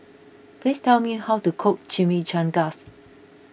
please tell me how to cook Chimichangas